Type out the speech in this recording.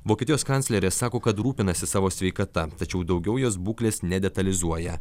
vokietijos kanclerė sako kad rūpinasi savo sveikata tačiau daugiau jos būklės nedetalizuoja